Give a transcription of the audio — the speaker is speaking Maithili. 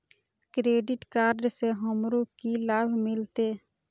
क्रेडिट कार्ड से हमरो की लाभ मिलते?